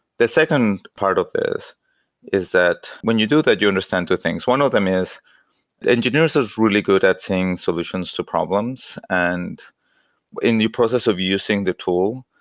the second part of this is that when you do that, you understand two things. one of them is engineers are really good at seeing solutions to problems, and in the process of using the tool,